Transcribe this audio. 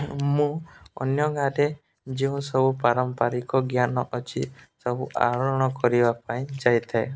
ମୁଁ ଅନ୍ୟ ଗାଁରେ ଯେଉଁ ସବୁ ପାରମ୍ପାରିକ ଜ୍ଞାନ ଅଛି ସବୁ ଆରୋହଣ କରିବା ପାଇଁ ଯାଇଥାଏ